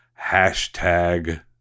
hashtag